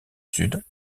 sud